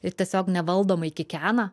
ir tiesiog nevaldomai kikena